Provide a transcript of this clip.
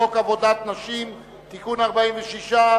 חוק עבודת נשים (תיקון מס' 46),